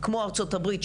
כמו ארצות הברית,